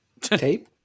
Tape